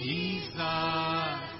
Jesus